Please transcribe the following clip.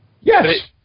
Yes